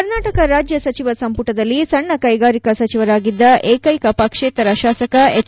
ಕರ್ನಾಟಕ ರಾಜ್ಯ ಸಚಿವ ಸಂಪುಟದಲ್ಲಿ ಸಣ್ಣ ಕೈಗಾರಿಕಾ ಸಚಿವರಾಗಿದ್ದ ಏಕೈಕ ಪಕ್ಷೇತರ ಶಾಸಕ ಎಚ್